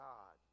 God